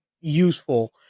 useful